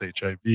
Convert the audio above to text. HIV